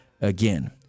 again